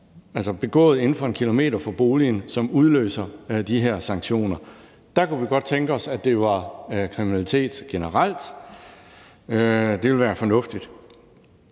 er begået inden for 1 km fra boligen, som udløser de her sanktioner. Der kunne vi godt tænke os, at det var kriminalitet generelt – det ville være fornuftigt.